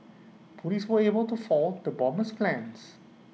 Police were able to foil the bomber's plans